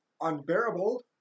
unbearable